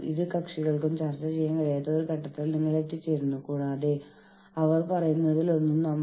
സംഘടന എടുക്കുന്ന തീരുമാനങ്ങളെയും ഒരു ഘട്ടത്തിൽ ചോദ്യം ചെയ്യാൻ അവർക്ക് കഴിയുമെന്ന് നന്നായി അറിയാം